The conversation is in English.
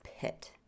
pit